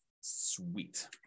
Sweet